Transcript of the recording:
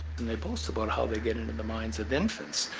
and they boast about how they get into the minds of infants.